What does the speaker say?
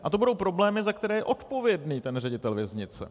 A to budou problémy, za které je odpovědný ten ředitel věznice.